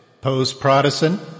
Post-Protestant